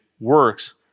Works